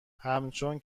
همچون